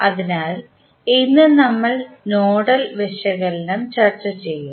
അതിനാൽ ഇന്ന് നമ്മൾ നോഡൽ വിശകലനം ചർച്ച ചെയ്യും